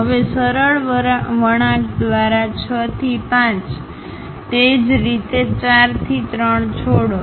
હવે સરળ વળાંક દ્વારા 6 થી 5 તે જ રીતે 4 થી 3 છોડો